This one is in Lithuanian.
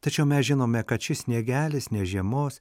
tačiau mes žinome kad šis sniegelis ne žiemos